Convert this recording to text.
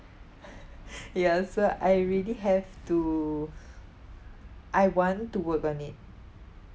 ya so I really have to I want to work on it